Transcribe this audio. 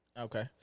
Okay